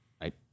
Right